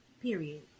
Period